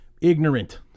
ignorant